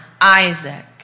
Isaac